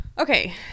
Okay